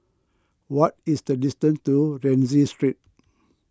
what is the distance to Rienzi Street